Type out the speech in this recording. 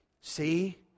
See